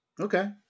Okay